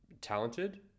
talented